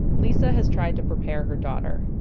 lisa has tried to prepare her daughter,